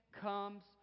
comes